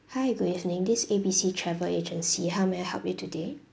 hi good evening this A B C travel agency how may I help you today